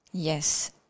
Yes